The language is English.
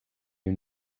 you